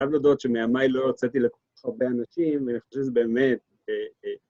‫אני חייב להודות שמימיי ‫לא רציתי לקרוא לכם הרבה אנשים, ‫ואני חושב שזה באמת...